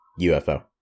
UFO